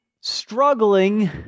struggling